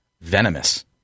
venomous